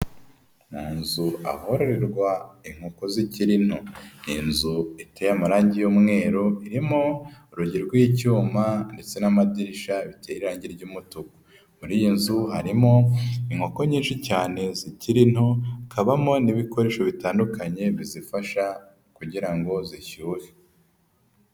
Mu nzu ahororerwa inkoko zikiri nto, inzu iteye amarange y'umweru irimo urugi rw'icyuma ndetse n'amadirisha biteye irange ry'umutuku, muri iyi nzu harimo inkoko nyinshi cyane zikiri nto, hakabamo n'ibikoresho bitandukanye bizifasha kugira ngo zishyuhe.